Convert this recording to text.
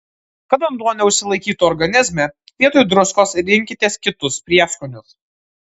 kad vanduo neužsilaikytų organizme vietoj druskos rinkitės kitus prieskonius